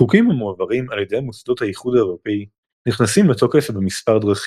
חוקים המועברים על ידי מוסדות האיחוד האירופי נכנסים לתוקף במספר דרכים.